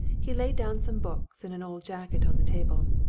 he laid down some books and an old jacket on the table.